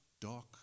dark